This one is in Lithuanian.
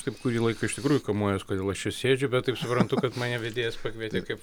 taip kurį laiką iš tikrųjų kamuojuos kodėl aš čia sėdžiu bet taip suprantu kad mane vedėjas pakvietė kaip